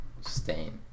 Stain